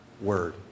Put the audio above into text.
word